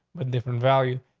but different value.